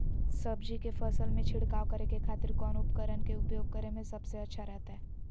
सब्जी के फसल में छिड़काव करे के खातिर कौन उपकरण के उपयोग करें में सबसे अच्छा रहतय?